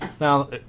Now